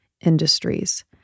industries